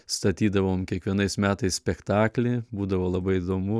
statydavom kiekvienais metais spektaklį būdavo labai įdomu